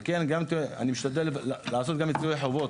וכן אני משתדל לעשות את מיצוי החובות,